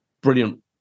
brilliant